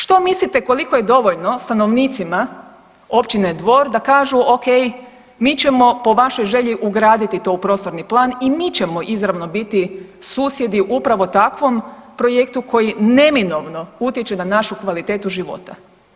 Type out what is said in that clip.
Što mislite koliko je dovoljno stanovnicima općine Dvor da kažu, okej, mi ćemo po vašoj želji ugraditi to u prostorni plan i mi ćemo izravno biti susjedi upravo takvoj projektu koji neminovno utječe na našu kvalitetu života.